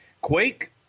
Quake